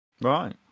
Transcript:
Right